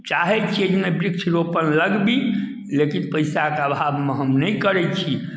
चाहै छियै नहि वृक्ष रोपण लगाबी लेकिन पैसाके अभावमे हम नहि करै छी